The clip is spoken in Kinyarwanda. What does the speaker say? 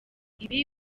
ibi